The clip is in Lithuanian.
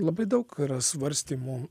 labai daug yra svarstymų